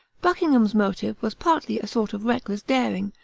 buckingham's motive was partly a sort of reckless daring,